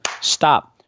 Stop